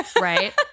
Right